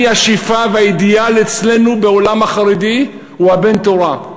השאיפה והאידיאל אצלנו בעולם החרדי הוא בן תורה.